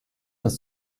des